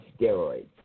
steroids